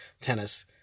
tennis